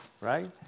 right